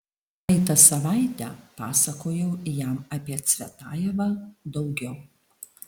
praeitą savaitę pasakojau jam apie cvetajevą daugiau